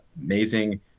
amazing